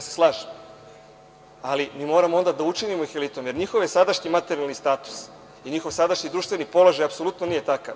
Slažem se, alimoramo onda da ih učinimo elitom, jer njihove sadašnji materijalni status i njihovo sadašnji društveni položaj apsolutno nije takav.